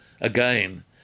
again